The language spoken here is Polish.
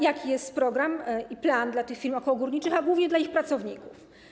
Jaki jest program i plan dla tych firm okołogórniczych, a głównie dla ich pracowników?